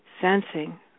sensing